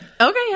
Okay